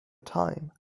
time